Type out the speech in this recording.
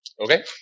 Okay